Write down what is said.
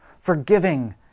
forgiving